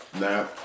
Now